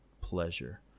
pleasure